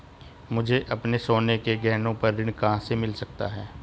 मुझे अपने सोने के गहनों पर ऋण कहां से मिल सकता है?